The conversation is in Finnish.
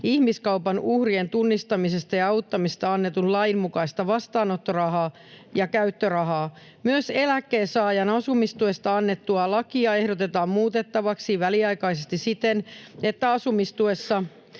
ihmiskaupan uhrin tunnistamisesta ja auttamisesta annetun lain mukaista vastaanottorahaa ja käyttörahaa. Myös eläkkeensaajan asumistuesta annettua lakia ehdotetaan muutettavaksi väliaikaisesti siten, että asumistuessa